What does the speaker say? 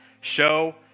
show